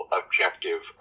objective